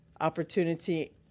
opportunity